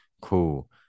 Cool